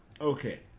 Okay